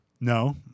no